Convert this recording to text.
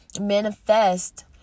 manifest